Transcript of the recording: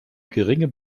geringe